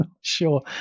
sure